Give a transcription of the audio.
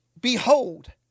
Behold